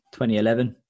2011